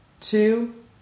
two